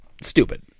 stupid